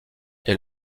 est